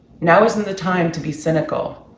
now isn't the time to be cynical.